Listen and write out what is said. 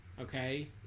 okay